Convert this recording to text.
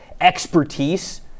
expertise